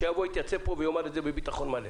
שיתייצב פה ויאמר את זה בביטחון מלא